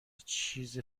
چیز